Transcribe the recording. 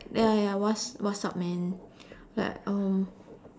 ya ya what's what's up man like um